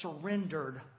surrendered